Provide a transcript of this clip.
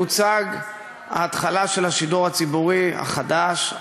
ההתחלה של השידור הציבורי החדש,